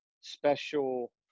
special